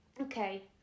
Okay